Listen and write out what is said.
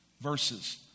verses